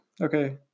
Okay